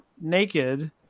naked